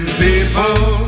people